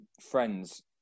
friends